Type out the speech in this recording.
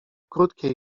krótkiej